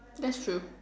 that's true